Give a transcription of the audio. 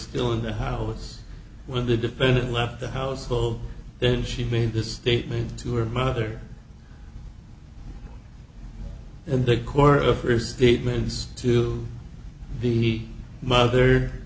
still in the house when the defendant left the household then she made this statement to her mother and the core of her statements to be mother